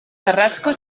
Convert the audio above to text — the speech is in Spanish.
carrasco